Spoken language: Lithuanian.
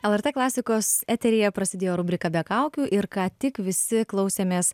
lrt klasikos eteryje prasidėjo rubrika be kaukių ir ką tik visi klausėmės